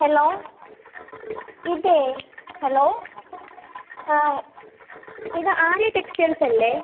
hello ഇതേ hello ആ ഇത് ആര്യ ടെക്സ്റ്റൈൽസല്ലേ